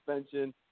suspension